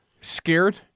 scared